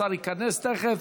השר ייכנס תכף.